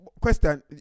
Question